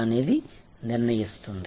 అనేది నిర్ణయిస్తుంది